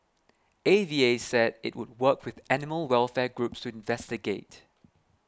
A V A said it would work with animal welfare groups to investigate